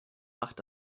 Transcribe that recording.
macht